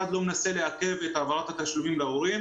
לא מנסה לעכב את העברת התשלומים להורים.